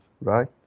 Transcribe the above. right